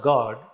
God